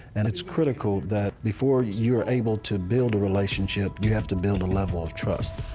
and it's critical that before you're able to build a relationship, you have to build a level of trust.